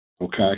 Okay